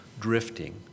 drifting